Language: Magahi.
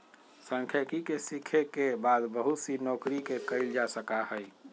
सांख्यिकी के सीखे के बाद बहुत सी नौकरि के कइल जा सका हई